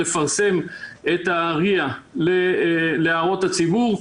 לפרסם את ה-ria להערות הציבור,